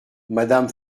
madame